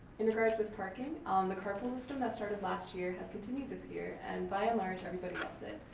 in regards with parking, um the carpool system that started last year has continued this year and by and large, everybody loves it.